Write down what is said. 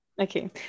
okay